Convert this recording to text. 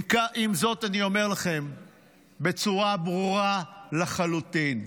עם זאת, אני אומר לכם בצורה ברורה לחלוטין,